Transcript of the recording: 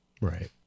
Right